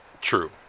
True